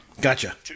gotcha